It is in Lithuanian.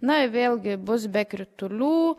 na vėlgi bus be kritulių